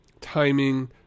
timing